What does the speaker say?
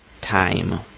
time